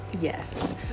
Yes